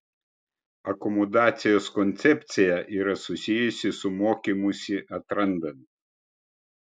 akomodacijos koncepcija yra susijusi su mokymusi atrandant